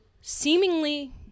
seemingly